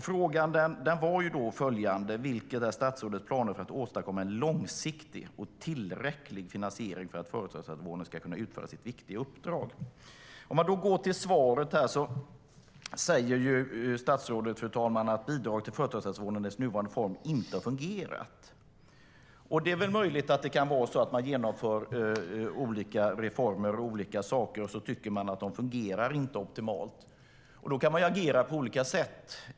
Frågan i interpellationen var följande: Vilka är statsrådets planer för att åstadkomma en långsiktig och tillräcklig finansiering för att företagshälsovården ska kunna utföra sitt viktiga uppdrag? I svaret säger statsrådet, fru talman, att bidraget till företagshälsovården i dess nuvarande form inte har fungerat. Och det är väl möjligt att man genomför olika reformer och sedan tycker att de inte fungerar optimalt. Då kan man agera på olika sätt.